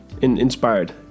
Inspired